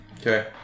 Okay